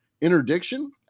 Interdiction